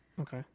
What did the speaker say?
okay